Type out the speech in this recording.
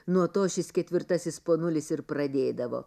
nuo to šis ketvirtasis ponulis ir pradėdavo